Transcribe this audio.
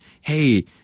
hey